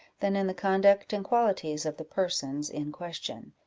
than in the conduct and qualities of the persons in question.